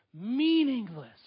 meaningless